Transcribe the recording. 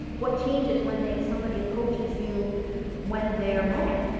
what changes when they somebody approaches you when they're mad